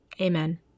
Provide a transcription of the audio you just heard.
Amen